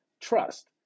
trust